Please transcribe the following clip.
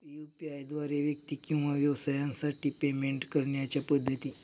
UPI द्वारे व्यक्ती किंवा व्यवसायांसाठी पेमेंट करण्याच्या पद्धती